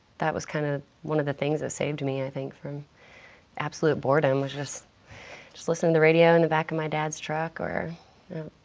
that was kind of one of the things that saved me, i think, from absolute boredom was just just listen to the radio in the back of my dad's truck or